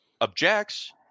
objects